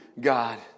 God